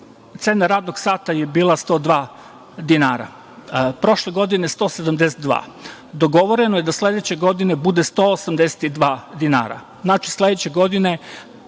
cena radnog sata je bila 102 dinara, a prošle godine 172. Dogovoreno je da sledeće godine bude 182 dinara. Znači, sledeće godine,